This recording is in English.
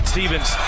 Stevens